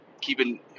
Keeping